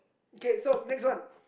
okay so next one